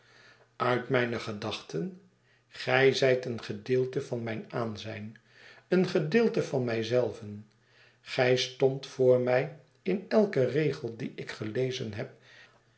uit mijne gedachten gij zijt een gedeelte van mijn aanzijn een gedeelte van mij zelven gij stondt voor mij in elken regel dien ik gelezen heb